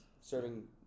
serving